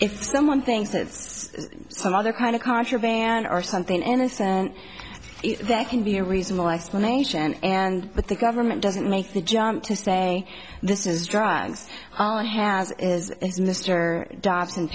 if someone thinks that's some other kind of contraband or something innocent that can be a reasonable explanation and but the government doesn't make the jump to say this is drugs well it has as mr dobs